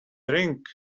drink